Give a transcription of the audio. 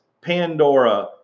Pandora